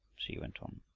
she went on.